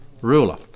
Ruler